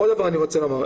עוד דבר אני רוצה לומר.